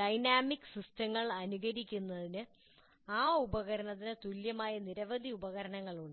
dynamic സിസ്റ്റങ്ങൾ അനുകരിക്കുന്നതിന് ആ ഉപകരണത്തിന് തുല്യമായ നിരവധി ഉപകരണങ്ങൾ ഉണ്ട്